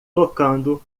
tocando